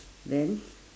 then